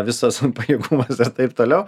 visas pajėgumas ir taip toliau